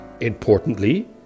Importantly